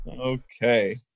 Okay